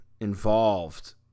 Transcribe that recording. involved